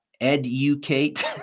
Educate